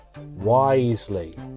wisely